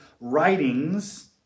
writings